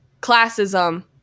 classism